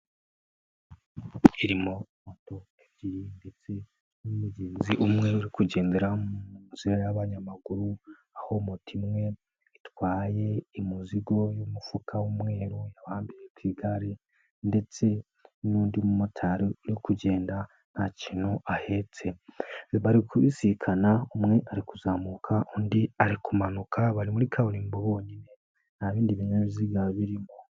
Irimo moto ebyiri ndetse n'umugenzi umwe uri kugendera mu inzira y'abanyamaguru aho moto imwe itwaye umizigo w'umufuka w'umweru uhambiriye ku igare ndetse n'undi mumotari uri kugenda nta kintu ahetse. Bari kubisikana umwe ari kuzamuka undi arikumanuka bari muri kaburimbo bonyine nta bindi binyabiziga birimo.